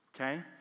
okay